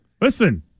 Listen